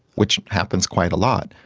which happens quite a lot,